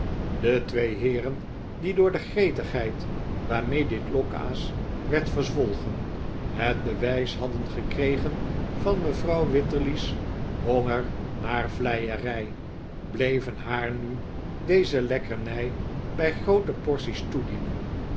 de twee heeren die door de gretigheid waarmee dit lokaas werd verzwolgen het bewijs hadden gekregen van mevrouw wititterly's honger naar vleierij bleven haar nu deze lekkernij bij groote porties toedienen